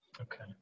Okay